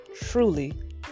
truly